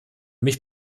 mich